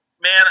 man